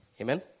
amen